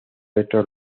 otros